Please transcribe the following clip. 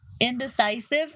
indecisive